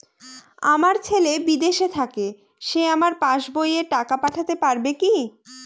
আমার ছেলে বিদেশে থাকে সে আমার পাসবই এ টাকা পাঠাতে পারবে কি?